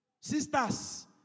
Sisters